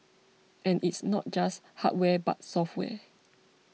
and it's not just hardware but software